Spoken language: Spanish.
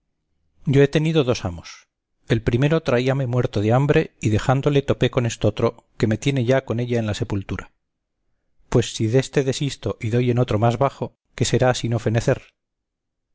yo he tenido dos amos el primero traíame muerto de hambre y dejándole topé con estotro que me tiene ya con ella en la sepultura pues si deste desisto y doy en otro más bajo qué será sino fenecer